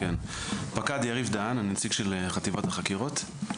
פקד יריב דהאן, אני נציג של חטיבת החקירות.